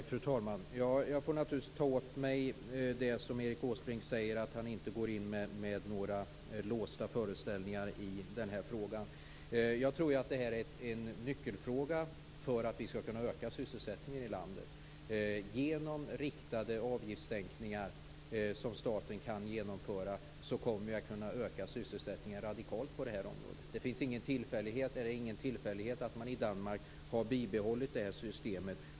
Fru talman! Jag får naturligtvis ta åt mig det som Erik Åsbrink säger, att han inte går in med några låsta föreställningar i den här frågan. Jag tror att det här är en nyckelfråga för att vi skall kunna öka sysselsättningen i landet. Genom riktade avgiftssänkningar som staten kan genomföra kommer vi att kunna öka sysselsättningen radikalt på det här området. Det är ingen tillfällighet att man i Danmark har behållit systemet.